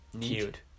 cute